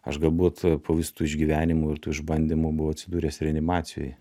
aš galbūt po visų tų išgyvenimų ir tų išbandymų buvau atsidūręs reanimacijoj